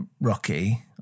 rocky